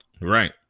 right